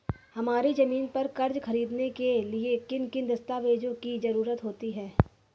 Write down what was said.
हमारी ज़मीन पर कर्ज ख़रीदने के लिए किन किन दस्तावेजों की जरूरत होती है?